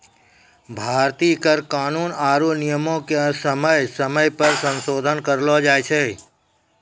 भारतीय कर कानून आरु नियमो के समय समय पे संसोधन करलो जाय छै